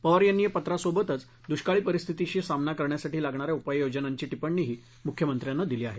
पवार यांनी या पत्रासोबतच दुष्काळी परिस्थितीशी सामना करण्यासाठी लागणाऱ्या उपाययोजनांची टिप्पणीही मुख्यमंत्र्यांना दिली आहे